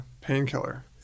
Painkiller